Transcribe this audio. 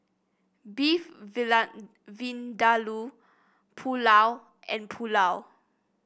Beef Vindaloo Pulao and Pulao